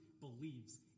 believes